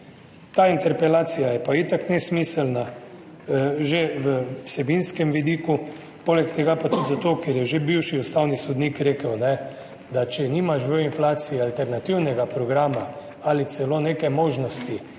Ta interpelacija je pa itak nesmiselna že v vsebinskem vidiku, poleg tega pa tudi zato, ker je že bivši ustavni sodnik rekel, da če nimaš v interpelaciji alternativnega programa ali celo neke možnosti